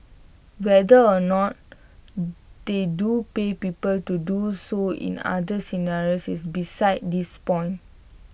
whether or not they do pay people to do so in other scenarios is besides this point